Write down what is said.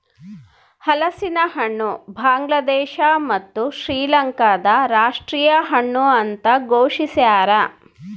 ಹಲಸಿನಹಣ್ಣು ಬಾಂಗ್ಲಾದೇಶ ಮತ್ತು ಶ್ರೀಲಂಕಾದ ರಾಷ್ಟೀಯ ಹಣ್ಣು ಅಂತ ಘೋಷಿಸ್ಯಾರ